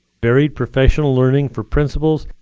varied professional learning for principals,